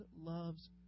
loves